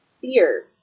fear